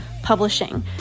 Publishing